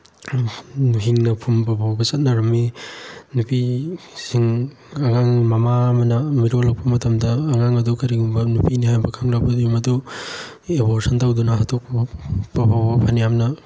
ꯍꯤꯡꯅ ꯐꯨꯝꯕ ꯐꯥꯎꯕ ꯆꯠꯅꯔꯝꯃꯤ ꯅꯨꯄꯤꯁꯤꯡ ꯑꯉꯥꯡ ꯃꯃꯥ ꯑꯃꯅ ꯃꯤꯔꯣꯜꯂꯛꯄ ꯃꯇꯝꯗ ꯑꯉꯥꯡ ꯑꯗꯨ ꯀꯔꯤꯒꯨꯝꯕ ꯅꯨꯄꯤ ꯍꯥꯏꯅ ꯈꯪꯂꯕꯗꯤ ꯃꯗꯨ ꯑꯦꯕꯣꯔꯁꯟ ꯇꯧꯗꯨꯅ ꯍꯥꯠꯇꯣꯛꯄ ꯐꯥꯎꯕ ꯐꯅꯌꯥꯝꯅ